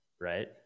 Right